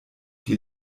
die